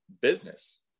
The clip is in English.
business